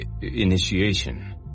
initiation